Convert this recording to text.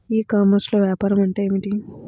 ఈ కామర్స్లో వ్యాపారం అంటే ఏమిటి?